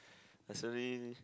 I suddenly